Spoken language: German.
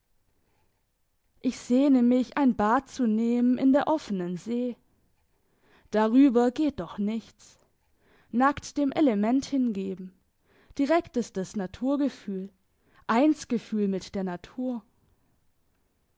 ich sehne mich ein bad zu nehmen in der offenen see darüber geht doch nichts nackt dem element hingeben direktestes naturgefühl einsgefühl mit der natur